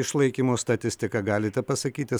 išlaikymo statistiką galite pasakyti